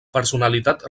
personalitat